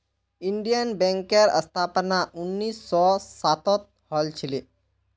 Indian बैंकेर स्थापना उन्नीस सौ सातत हल छिले